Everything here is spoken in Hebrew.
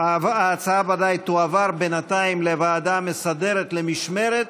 ההצעה ודאי תועבר בינתיים לוועדה המסדרת למשמרת.